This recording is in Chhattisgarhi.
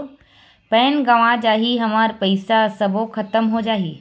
पैन गंवा जाही हमर पईसा सबो खतम हो जाही?